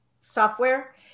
software